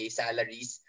salaries